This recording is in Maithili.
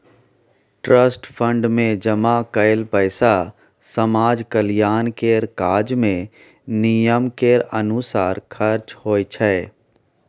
ट्रस्ट फंड मे जमा कएल पैसा समाज कल्याण केर काज मे नियम केर अनुसार खर्च होइ छै